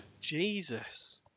Jesus